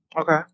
Okay